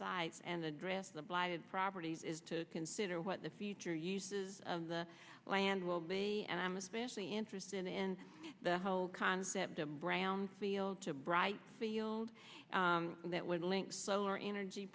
and address the blighted properties is to consider what the future use of the land will be and i'm especially interested in the whole concept of brownfield to bright field that would link solar energy